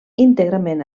íntegrament